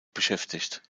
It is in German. beschäftigt